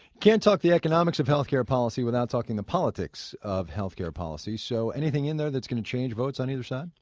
can't talk the economics of health care policy without talking the politics of health care policy, so anything in there that's going to change votes on either side?